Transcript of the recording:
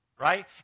Right